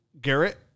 Garrett